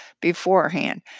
beforehand